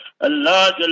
Allah